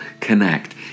connect